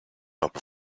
top